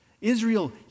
Israel